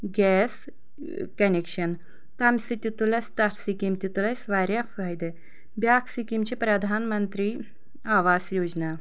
gas اۭں connection تَمہِ سۭتۍ تہِ تُل اسہِ تَتھ سِکیٖم تہِ تُل اسہِ واریاہ فٲیدٕ بیٛاکھ سِکیٖم چھِ پرٛدھان مَنتری آواس یوجنا